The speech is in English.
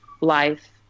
life